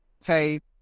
tape